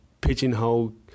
pigeonhole